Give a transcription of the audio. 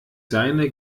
seine